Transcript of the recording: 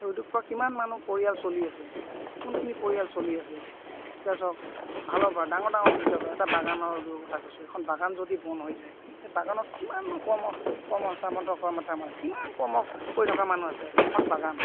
সেই উদ্যাগ পৰা কিমান মানুহ পৰিয়াল চলি আছে কোনখিনি পৰিয়াল চলি আছে এতিয়া চাওক ভালৰ পৰা ডাঙৰ ডাঙৰ অফিচৰ পৰা এটা বাগানৰ উদ্যোগৰ কথা কৈছোঁ এখন বাগান যদি বন্ধ হৈ যায় সেই বাগানত কিমান কৰ্ম কৰ্ম সংস্থাপন কৰা মেথা মানে কিমান কৰ্ম কৰি থকা মানুহ আছে এখন বাগান